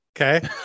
okay